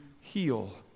heal